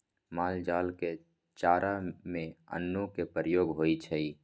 माल जाल के चारा में अन्नो के प्रयोग होइ छइ